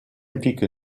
implique